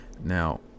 Now